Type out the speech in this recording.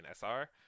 SR